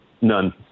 None